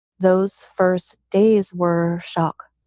those first days were shock.